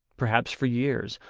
perhaps for years,